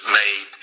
made